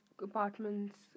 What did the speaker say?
apartment's